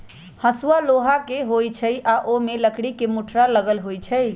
हसुआ लोहा के होई छई आ ओमे लकड़ी के मुठरा लगल होई छई